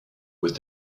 with